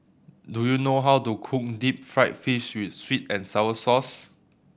do you know how to cook deep fried fish with sweet and sour sauce